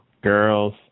girls